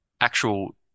actual